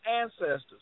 ancestors